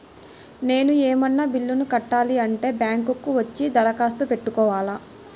నేను ఏమన్నా బిల్లును కట్టాలి అంటే బ్యాంకు కు వచ్చి దరఖాస్తు పెట్టుకోవాలా?